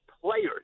players